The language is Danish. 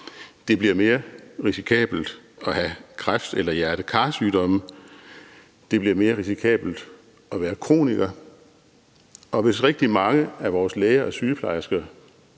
Det bliver mere risikabelt at have kræft eller hjerte-kar-sygdomme. Det bliver mere risikabelt at være kroniker. Og hvis rigtig mange af vores læger og sygeplejersker